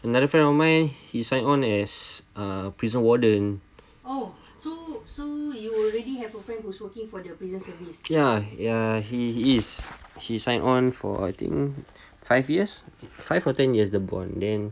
another friend of mine he signed on as uh prison warden ya uh he he is he sign on for I think five years five or ten years the bond then